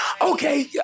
Okay